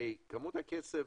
כמות הכסף,